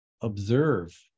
observe